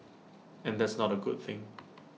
and that's not A good thing